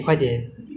ah